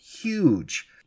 Huge